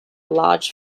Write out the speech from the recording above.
large